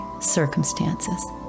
circumstances